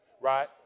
Right